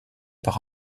par